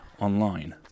online